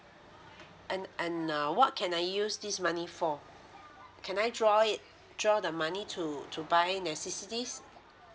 and and uh what can I use this money for can I draw it draw the money to to buy necessities